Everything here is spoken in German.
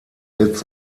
sitz